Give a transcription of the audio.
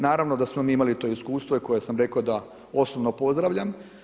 Naravno da su oni imali to iskustvo koje sam rekao da osobno pozdravljam.